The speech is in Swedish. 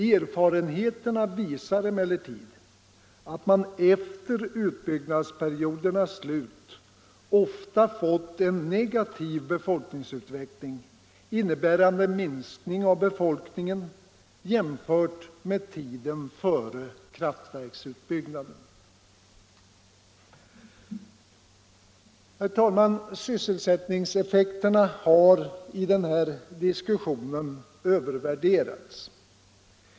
Erfarenheterna visar emellertid att man efter utbyggnadsperiodernas slut ofta har fått en negativ befolkningsutveckling innebärande en minskning av befolkningen jämfört med tiden före kraftverksutbyggnaderna. Sysselsättningseffekterna har i denna diskussion övervärderats.